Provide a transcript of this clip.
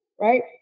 right